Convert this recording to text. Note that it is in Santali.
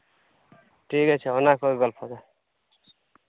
ᱴᱷᱤᱠ ᱟᱪᱷᱮ ᱚᱱᱟ ᱠᱚᱜᱮ ᱜᱚᱞᱯᱚ ᱫᱚ